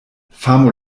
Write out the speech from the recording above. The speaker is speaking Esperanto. famo